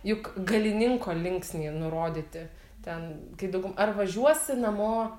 juk galininko linksnyje nurodyti ten kai daugum ar važiuosi namo